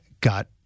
got